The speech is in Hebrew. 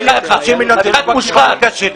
מושחת.